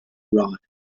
rod